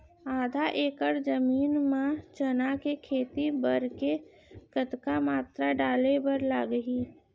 आधा एकड़ जमीन मा चना के खेती बर के कतका मात्रा डाले बर लागही?